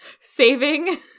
saving